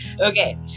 Okay